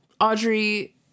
Audrey